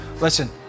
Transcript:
Listen